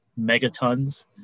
megatons